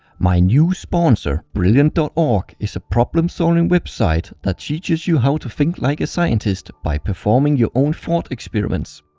my new sponsor, brilliant dot org is a problem-solving website that teaches you how to think like a scientist by performing your own thought experiments.